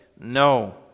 no